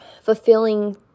fulfilling